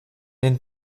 den